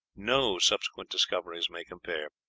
no subsequent discoveries may compare.